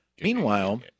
Meanwhile